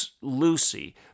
lucy